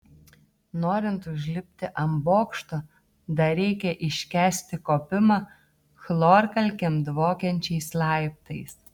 norint užlipti ant bokšto dar reikia iškęsti kopimą chlorkalkėm dvokiančiais laiptais